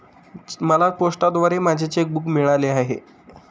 मला पोस्टाद्वारे माझे चेक बूक मिळाले आहे